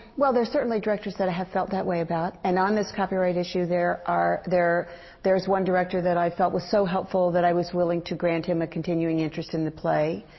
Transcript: well, there are certainly directors that i have felt that way about. about. and on this copyright issue, there are there there's one director that i felt was so helpful, that i was willing to grant him a continuing interest in the play.